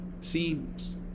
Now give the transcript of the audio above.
seems